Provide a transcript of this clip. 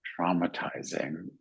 traumatizing